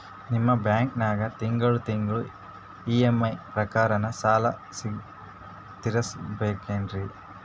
ನಿಮ್ಮ ಬ್ಯಾಂಕನಾಗ ತಿಂಗಳ ತಿಂಗಳ ಇ.ಎಂ.ಐ ಪ್ರಕಾರನ ಸಾಲ ತೀರಿಸಬೇಕೆನ್ರೀ?